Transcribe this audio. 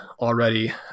already